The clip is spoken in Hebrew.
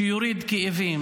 שיוריד כאבים.